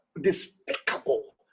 despicable